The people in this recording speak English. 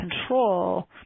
control